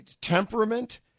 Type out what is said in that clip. temperament